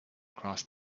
crossed